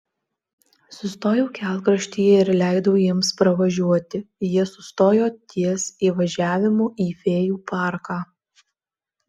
sustojau kelkraštyje ir leidau jiems pravažiuoti jie sustojo ties įvažiavimu į fėjų parką